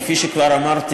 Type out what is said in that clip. כבר עשיתי